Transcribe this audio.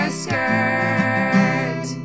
skirt